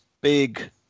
big